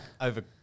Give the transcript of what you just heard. over –